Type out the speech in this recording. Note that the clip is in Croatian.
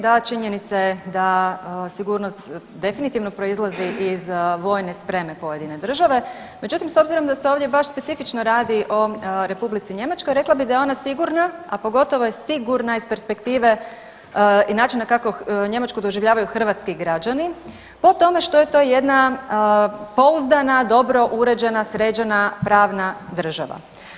Da, činjenica je da sigurnost definitivno proizlazi iz vojne spreme pojedine države, međutim, s obzirom da se ovdje baš specifično radi o R. Njemačkoj, rekla bih da je ona sigurna, a pogotovo je sigurna iz perspektive i načina kako Njemačku doživljavaju hrvatski građani po tome što je to jedna pouzdana, dobro uređena, sređena pravna država.